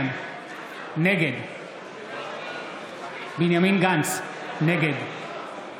נגד בנימין גנץ, נגד